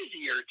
easier